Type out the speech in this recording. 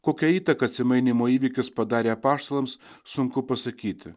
kokia įtaka atsimainymo įvykis padarė apaštalams sunku pasakyti